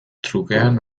trukean